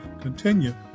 continue